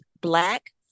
Black